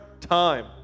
time